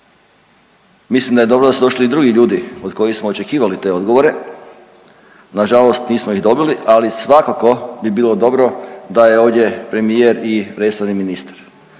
mislim da je dobro da su došli i drugi ljudi od kojih smo očekivali te odgovore. Na žalost nismo ih dobili, ali svakako bi bilo dobro da je ovdje premijer i resorni ministar.